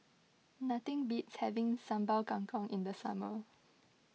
nothing beats having Sambal Kangkong in the summer